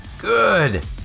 Good